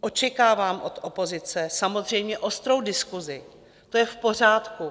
Očekávám od opozice samozřejmě ostrou diskusi, to je v pořádku.